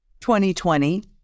2020